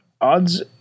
Odds